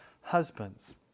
husbands